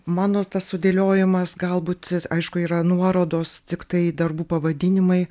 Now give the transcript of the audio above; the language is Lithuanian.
mano tas sudėliojimas galbūt aišku yra nuorodos tiktai darbų pavadinimai